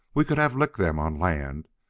we could have licked them on land,